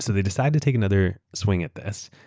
so they decided to take another swing at this.